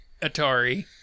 Atari